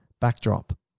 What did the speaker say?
backdrop